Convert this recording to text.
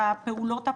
הפעולות הפשוטות.